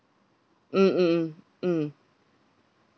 mm mm mm mm